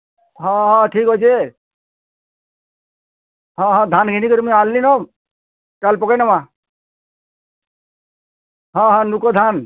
ହଁ ଠିକ୍ ଅଛେ ହଁ ହଁ ଧାନ୍ ଘିନି କରି ମୁଇଁ ଆନ୍ଲିମ କାଲ୍ ପକାଇନେମା ହଁ ହଁ ନୂକୁର୍ ଧାନ୍